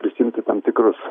prisiimti tam tikrus